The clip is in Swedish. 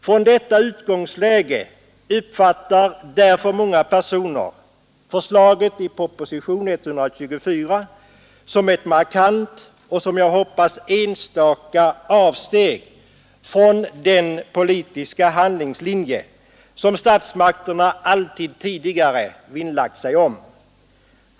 Från detta utgångsläge uppfattar därför många personer förslaget i propositionen 124 som ett markant och som man vill hoppas enstaka avsteg från den politiska handlingslinje som statsmakterna alltid tidigare vinnlagt sig om.